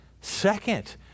second